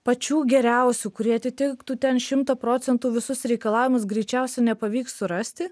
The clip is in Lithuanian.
pačių geriausių kurie atitiktų ten šimtu procentų visus reikalavimus greičiausiai nepavyks surasti